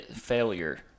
failure